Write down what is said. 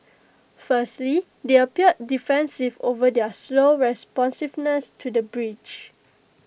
firstly they appeared defensive over their slow responsiveness to the breach